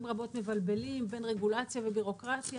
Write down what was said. רבות מבלבלים בין רגולציה ובירוקרטיה,